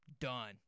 done